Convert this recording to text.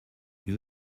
you